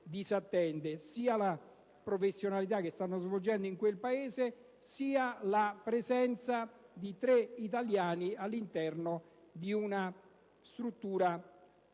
professionale che essi stanno svolgendo in quel Paese, sia la presenza di tre italiani all'interno di una struttura che